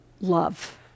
love